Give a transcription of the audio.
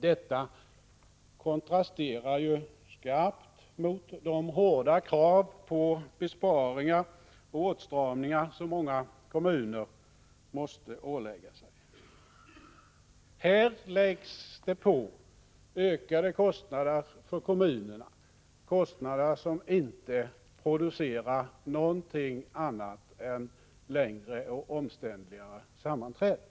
Detta kontrasterar skarpt mot de hårda krav på besparingar och åtstramningar som många kommuner måste ålägga sig. Här läggs det på ökade kostnader för kommunerna, kostnader som inte producerar någonting annat än längre och omständligare sammanträden.